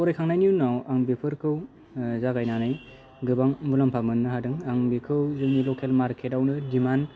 फरायखांनायनि उनाव आं बेफोरखौ जागायनानै गोबां मुलामफा मोननो हादों आं बेखौ जोंनि लकेल मारकेट आवनो डिमान्ड